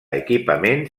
equipament